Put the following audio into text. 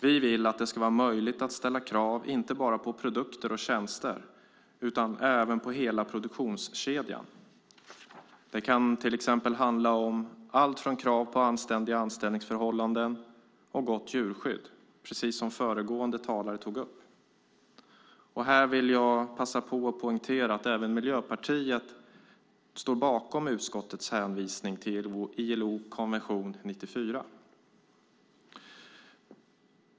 Vi vill att det ska vara möjligt att ställa krav inte bara på produkter och tjänster utan även på hela produktionskedjan. Det kan handla om allt från krav på anständiga anställningsförhållanden till gott djurskydd, precis som föregående talare tog upp. Här vill jag passa på att poängtera att även Miljöpartiet står bakom utskottets hänvisning till ILO:s konvention 94.